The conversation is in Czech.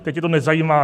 Teď je to nezajímá.